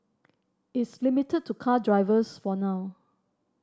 it's limited to car drivers for now